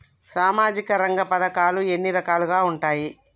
సామాజిక రంగ పథకాలు ఎన్ని రకాలుగా ఉంటాయి?